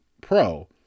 pro